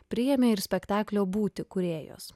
priėmė ir spektaklio būti kūrėjos